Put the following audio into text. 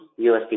USD